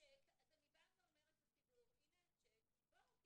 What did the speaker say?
אז אני באה ואומרת לציבור הנה הצ'ק, בואו.